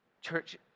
Church